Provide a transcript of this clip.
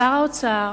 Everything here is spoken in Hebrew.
שר האוצר,